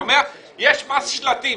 יש מס שלטים.